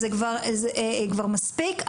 כבר מספיק.